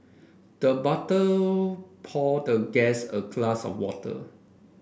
the butler poured the guest a glass of water